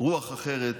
רוח אחרת,